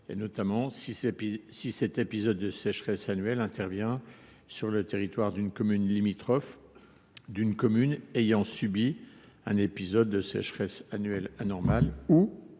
commune […] si cet épisode de sécheresse annuel intervient sur le territoire d’une commune limitrophe d’une commune ayant subi un épisode de sécheresse annuel anormal ou